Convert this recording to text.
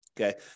Okay